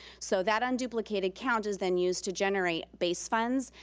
so that unduplicated count is then used to generate base funds,